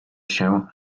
się